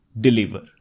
deliver